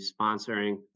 sponsoring